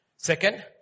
Second